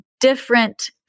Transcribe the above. different